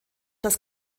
das